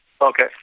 Okay